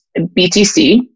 BTC